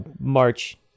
March